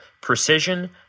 precision